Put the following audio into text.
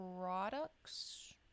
products